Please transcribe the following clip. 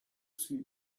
sleep